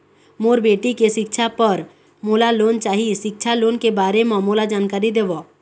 मोर बेटी के सिक्छा पर मोला लोन चाही सिक्छा लोन के बारे म मोला जानकारी देव?